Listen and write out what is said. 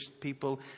people